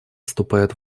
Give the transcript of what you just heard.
вступает